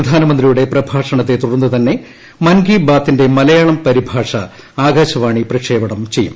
പ്രധാനമന്ത്രിയുടെ പ്രഭാഷണത്തെ തുടർന്നുതന്നെ മൻ കി ബാത്തിന്റെ മലയാളം പരിഭാഷ ആക്ടാശവാണി പ്രക്ഷേപണം ചെയ്യും